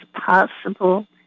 possible